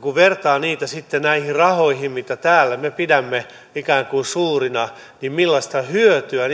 kun vertaa niitä sitten näihin rahoihin mitä täällä me pidämme ikään kuin suurina niin millaista hyötyä